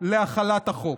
להחלת החוק.